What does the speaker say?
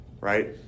right